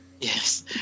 Yes